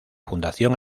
fundación